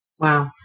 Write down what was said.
Wow